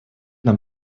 нам